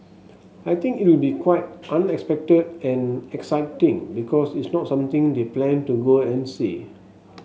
I think it will be quite unexpected and exciting because it's not something they plan to go and see